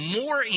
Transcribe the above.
more